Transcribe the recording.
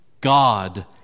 God